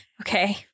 Okay